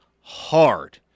hard